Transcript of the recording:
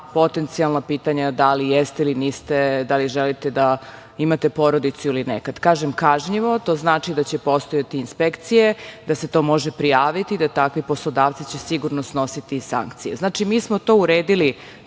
potencijalna pitanja da li jeste ili niste, da li želite da imate porodicu ili ne. Kažem – kažnjivo, to znači da će postojati inspekcije, da se to može prijaviti, da će takvi poslodavci sigurno snositi sankcije. Znači, mi smo to uredili